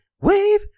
wave